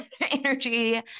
energy